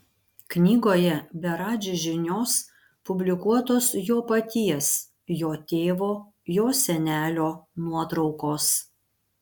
knygoje be radži žinios publikuotos jo paties jo tėvo jo senelio nuotraukos